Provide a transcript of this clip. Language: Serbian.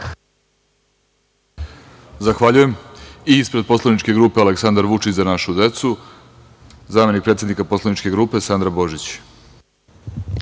Zahvaljujem. Ispred poslaničke grupe Aleksandar Vučić – Za našu decu zamenik predsednika poslaničke grupe narodni